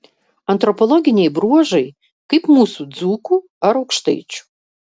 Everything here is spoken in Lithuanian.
antropologiniai bruožai kaip mūsų dzūkų ar aukštaičių